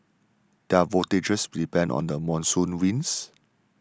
their voyages depended on the monsoon winds